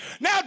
now